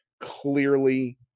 clearly